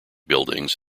buildings